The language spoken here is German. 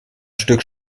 stück